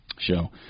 show